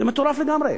זה מטורף לגמרי.